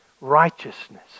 righteousness